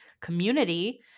community